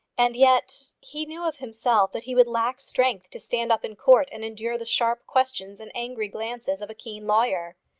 and yet he knew of himself that he would lack strength to stand up in court and endure the sharp questions and angry glances of a keen lawyer.